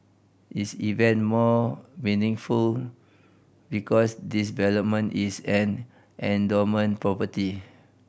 is even more meaningful because this development is an endowment property